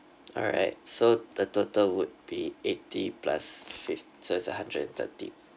alright so the total would be eighty plus fif~ so it's a hundred and thirty